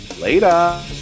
later